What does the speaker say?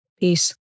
peace